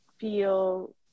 feel